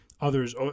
others